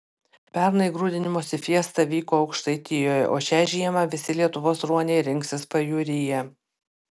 pernai grūdinimosi fiesta vyko aukštaitijoje o šią žiemą visi lietuvos ruoniai rinksis pajūryje